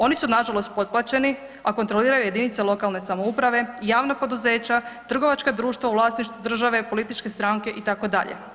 Oni su nažalost potplaćeni a kontroliraju jedinice lokalne samouprave, javna poduzeća, trgovačka društva u vlasništvu države, političke stranke itd.